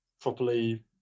properly